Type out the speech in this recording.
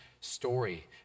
story